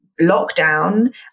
lockdown